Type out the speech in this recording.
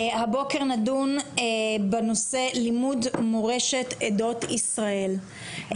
הבוקר נדון בנושא לימוד מורשת עדות ישראל.